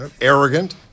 arrogant